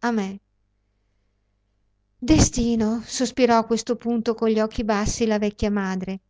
a me destino sospirò a questo punto con gli occhi bassi la vecchia madre